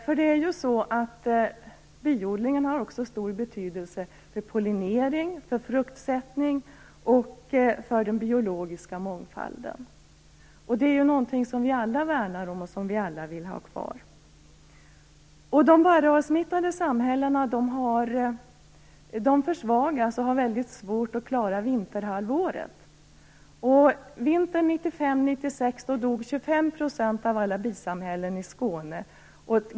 För biodlingen har också stor betydelse för pollinering, fruktsättning och för den biologiska mångfalden. Det är något som vi alla värnar om och som vi alla vill ha kvar. De varroasmittade bisamhällena försvagas och har mycket svårt att klara vinterhalvåret. Vintern 1995/96 dog 25 % av alla bisamhällen i Skåne.